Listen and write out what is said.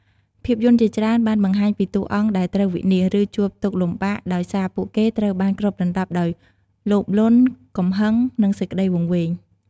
ភាពយន្តជាច្រើនបានបង្ហាញពីតួអង្គដែលត្រូវវិនាស ឬជួបទុក្ខលំបាកដោយសារពួកគេត្រូវបានគ្របដណ្ដប់ដោយ លោភលន់ កំហឹង និងសេចក្តីវង្វេង។